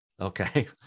Okay